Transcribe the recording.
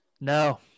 No